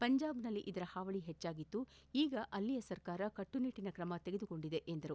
ಪಂಜಾಬಿನಲ್ಲಿ ಇದರ ಹಾವಳಿ ಹೆಚ್ಚಾಗಿತ್ತು ಈಗ ಅಲ್ಲಿನ ಸರ್ಕಾರ ಕಟ್ಟುನಿಟ್ಟಿನ ತ್ರಮ ತೆಗೆದುಕೊಂಡಿದೆ ಎಂದರು